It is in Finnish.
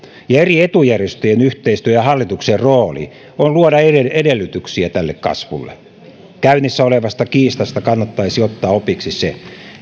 eri etujärjestöjen yhteistyön ja hallituksen rooli on luoda edellytyksiä tälle kasvulle käynnissä olevasta kiistasta kannattaisi ottaa opiksi se